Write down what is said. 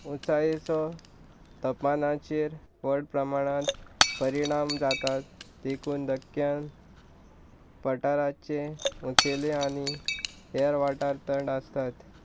उंचायेचो तापानाचेर व्हड प्रमाणांत परिणाम जातात देखून दक्कन पठाराचे उंचेले आनी हेर वाठार थंड आसतात